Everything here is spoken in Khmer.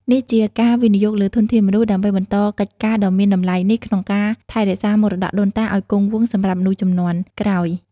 នេះជាការវិនិយោគលើធនធានមនុស្សដើម្បីបន្តកិច្ចការដ៏មានតម្លៃនេះក្នុងការថែរក្សាមរតកដូនតាឱ្យគង់វង្សសម្រាប់មនុស្សជំនាន់ក្រោយ។